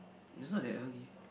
it's not that early